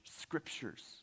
scriptures